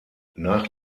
nach